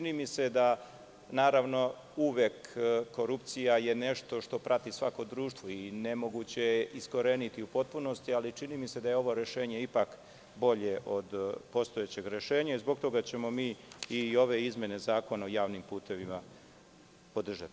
Naravno, korupcija je uvek nešto što prati svako društvo i nemoguće je iskoreniti u potpunosti, ali čini mi se da je ovo rešenje ipak bolje od postojećeg rešenja i zbog toga ćemo mi i ove izmene Zakona o javnim putevima podržati.